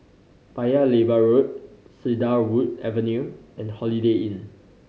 Paya Lebar Road Cedarwood Avenue and Holiday Inn